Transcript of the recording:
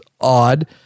odd